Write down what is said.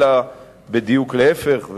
אלא בדיוק להיפך,